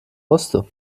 musste